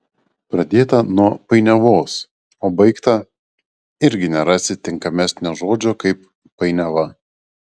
pradėta nuo painiavos o baigta irgi nerasi tinkamesnio žodžio kaip painiava